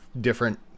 different